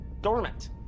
dormant